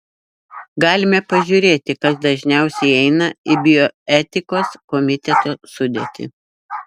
galime pažiūrėti kas dažniausiai įeina į bioetikos komiteto sudėtį